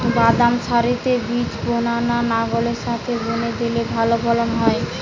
বাদাম সারিতে বীজ বোনা না লাঙ্গলের সাথে বুনে দিলে ভালো ফলন হয়?